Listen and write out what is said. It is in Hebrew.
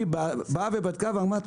היא באה ובדקה ואמרה,